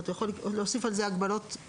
זאת אומרת הוא יכול להוסיף על זה הגבלות משלו.